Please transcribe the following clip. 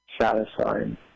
Satisfying